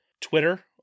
Twitter